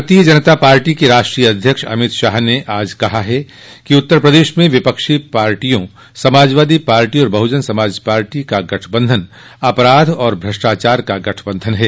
भारतीय जनता पार्टी के राष्ट्रीय अध्यक्ष अमित शाह ने आज कहा कि उत्तर प्रदेश में विपक्षी पार्टियों समाजवादी पार्टी और बहुजन समाज पार्टी का गठबंधन अपराध और भ्रष्टाचार का गठबंधन है